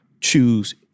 choose